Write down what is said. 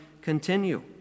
continue